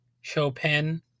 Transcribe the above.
Chopin